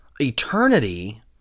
eternity